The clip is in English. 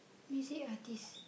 music artist